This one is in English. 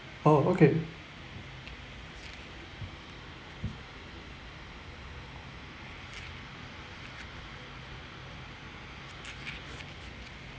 oh okay